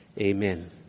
Amen